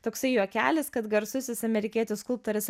toksai juokelis kad garsusis amerikietis skulptorius